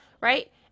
Right